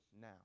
now